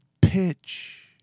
pitch